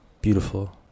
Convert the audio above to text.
beautiful